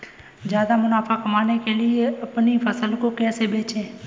ज्यादा मुनाफा कमाने के लिए अपनी फसल को कैसे बेचें?